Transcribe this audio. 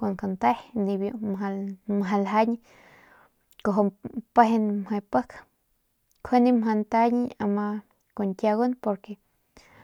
nmu kante y bibiu mjau ljañ njuande mjau ljañ.